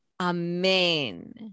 Amen